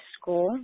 school